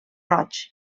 roig